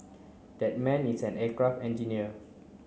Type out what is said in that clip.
that man is an aircraft engineer